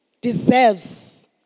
deserves